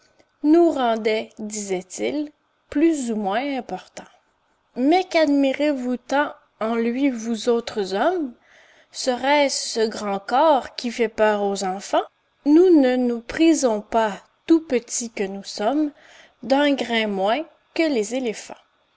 nous rendait disait-il plus ou moins importants mais quadmirez vous tant en lui vous autres hommes serait-ce grand corps qui fait peur aux enfants nous ne nous prisons pas tout petits que nous sommes d'un grain moins que les éléphants